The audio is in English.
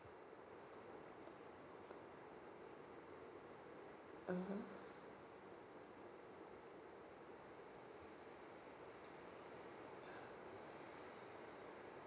mmhmm